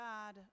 God